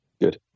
Good